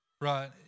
right